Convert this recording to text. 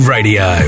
Radio